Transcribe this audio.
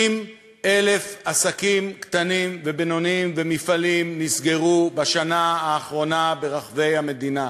60,000 עסקים קטנים ובינוניים ומפעלים נסגרו בשנה האחרונה ברחבי המדינה.